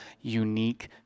unique